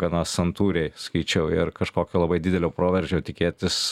gana santūriai sakyčiau ir kažkokio labai didelio proveržio tikėtis